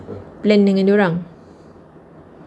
plan dengan dia orang